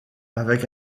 avec